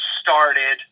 started